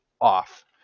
off